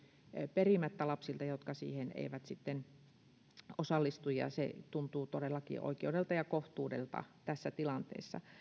perimättä lapsilta jotka siihen eivät osallistu ja se tuntuu todellakin oikeudelta ja kohtuudelta tässä tilanteessa